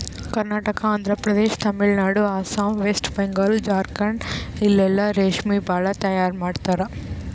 Karnataka, Andhra Pradesh, Tamil Nadu, Assam, West Bengal, Jharkhand ಇಲ್ಲೆಲ್ಲಾ ರೇಶ್ಮಿ ಭಾಳ್ ತೈಯಾರ್ ಮಾಡ್ತರ್